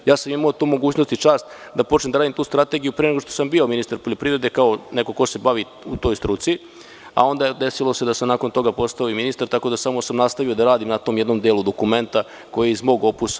Ja sam imao tu mogućnost i čast da počnem da radim tu strategiju pre nego što sam bio ministar poljoprivrede kao neko ko se bavi u toj struci, a onda se desilo da sam nakon toga postao ministar, tako da sam samo nastavio da radim na tom jednom delu dokumenta koji je iz mog opusa.